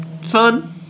fun